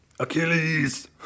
Achilles